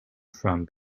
from